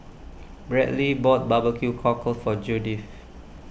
Bradly bought Barbecue Cockle for Judith